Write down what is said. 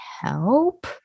help